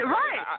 right